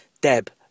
Deb